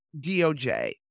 DOJ